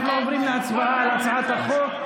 אנחנו עוברים להצבעה על הצעת החוק,